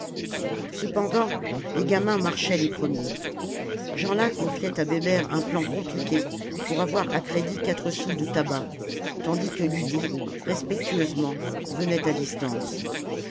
cependant les gamins marchaient les premiers jeanlin confiait à bébert un plan compliqué pour avoir à crédit quatre sous de tabac tandis que lydie respectueusement venait à distance